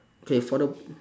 okay for the